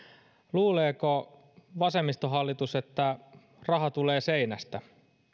luuleeko vasemmistohallitus että raha tulee seinästä